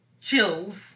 chills